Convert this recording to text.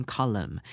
Column